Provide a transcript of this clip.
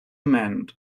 mend